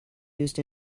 used